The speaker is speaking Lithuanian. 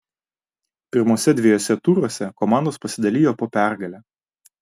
pirmuose dviejuose turuose komandos pasidalijo po pergalę